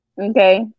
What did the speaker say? Okay